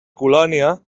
colònia